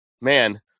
Man